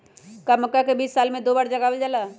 का मक्का के बीज साल में दो बार लगावल जला?